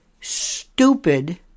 stupid